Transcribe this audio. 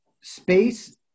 Space